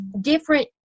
different